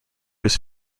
was